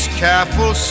careful